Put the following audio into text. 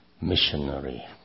missionary